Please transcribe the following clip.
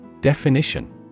Definition